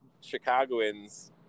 chicagoans